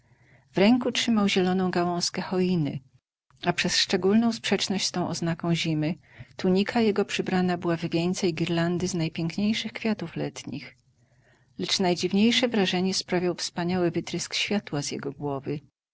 w ręku trzymał zieloną gałązkę choiny a przez szczególną sprzeczność z tą oznaką zimy tiunika jego przybrana była w wieńce i girlandy z najpiękniejszych kwiatów letnich lecz najdziwniejsze wrażenie sprawiał wspaniały wytrysk światła z jego głowy